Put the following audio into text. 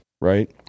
right